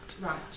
Right